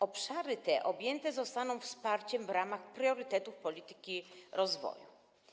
Obszary te objęte zostaną wsparciem w ramach priorytetów polityki rozwoju.